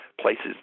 places